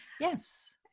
Yes